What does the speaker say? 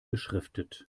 beschriftet